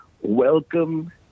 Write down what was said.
Welcome